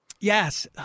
Yes